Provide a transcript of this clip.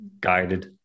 guided